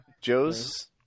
Joe's